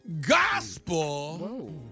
Gospel